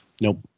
Nope